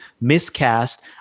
miscast